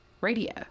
radio